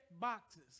boxes